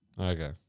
Okay